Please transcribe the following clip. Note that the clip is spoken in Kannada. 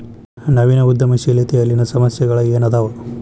ನವೇನ ಉದ್ಯಮಶೇಲತೆಯಲ್ಲಿನ ಸಮಸ್ಯೆಗಳ ಏನದಾವ